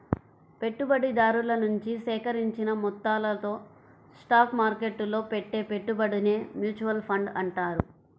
పెట్టుబడిదారుల నుంచి సేకరించిన మొత్తాలతో స్టాక్ మార్కెట్టులో పెట్టే పెట్టుబడినే మ్యూచువల్ ఫండ్ అంటారు